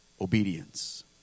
Obedience